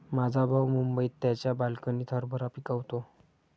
माझा भाऊ मुंबईत त्याच्या बाल्कनीत हरभरा पिकवतो